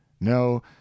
No